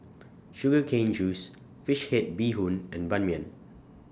Sugar Cane Juice Fish Head Bee Hoon and Ban Mian